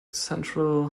central